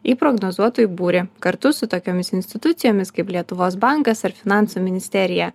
į prognozuotojų būrį kartu su tokiomis institucijomis kaip lietuvos bankas ar finansų ministerija